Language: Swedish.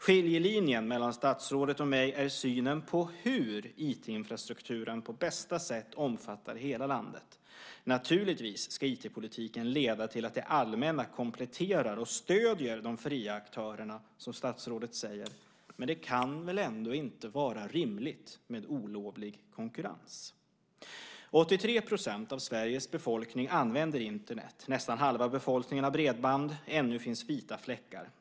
Skiljelinjen mellan statsrådet och mig är i synen på hur IT-infrastrukturen på bästa sätt omfattar hela landet. Naturligtvis ska IT-politiken leda till att det allmänna kompletterar och stöder de fria aktörerna, som statsrådet säger. Men det kan väl ändå inte vara rimligt med olovlig konkurrens? 83 % av Sveriges befolkning använder Internet. Nästan halva befolkningen har tillgång till bredband. Ännu finns vita fläckar.